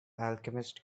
alchemist